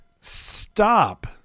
Stop